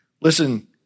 Listen